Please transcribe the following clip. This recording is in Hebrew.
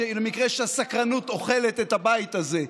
למקרה שהסקרנות אוכלת את הבית הזה,